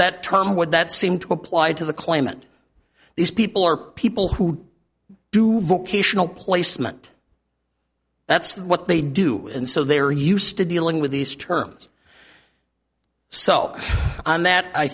that term would that seem to apply to the claimant these people are people who do vocational placement that's what they do and so they're used to dealing with these terms so i